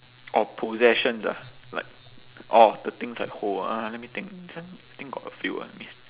orh possessions ah like orh the things I hold ah let me think this one think got a few ah